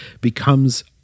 becomes